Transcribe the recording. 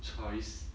choice